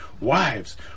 Wives